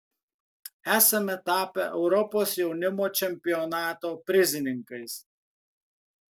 esame tapę europos jaunimo čempionato prizininkais